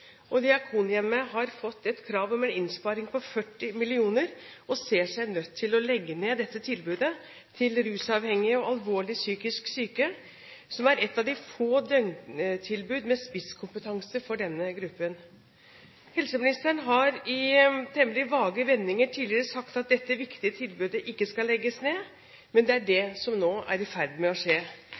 og Diakonhjemmet har fått et krav om en innsparing på 40 mill. kr og ser seg nødt til å legge ned dette tilbudet til rusavhengige og alvorlig psykisk syke, som er et av de få døgntilbud med spisskompetanse for denne gruppen. Helseministeren har i temmelig vage vendinger tidligere sagt at dette viktige tilbudet ikke skal legges ned, men det er det som nå er i ferd med å skje.